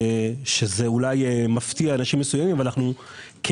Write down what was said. זה אולי מפתיע אנשים מסוימים אבל אנחנו כן